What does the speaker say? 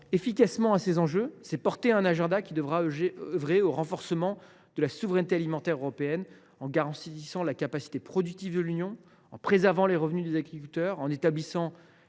efficacement à ces enjeux, nous doter d’un agenda pour renforcer la souveraineté alimentaire européenne, en garantissant la capacité productive de l’Union, en préservant les revenus des agriculteurs, en établissant